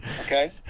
Okay